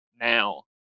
now